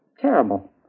Terrible